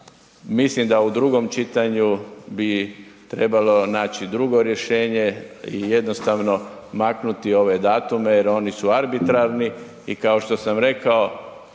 mislim da u drugom čitanju bi trebalo naći drugo rješenje i jednostavno maknuti ove datume jer oni arbitrarni i kao što sam rekao,